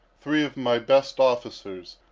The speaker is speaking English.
three of my best officers,